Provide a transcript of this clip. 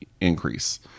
increase